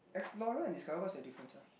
explore and discover what's the difference ah